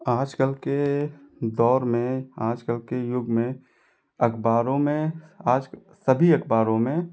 आजकल के दौर में आजकल के युग में अखबारों में आज सभी अखबारों में